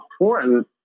important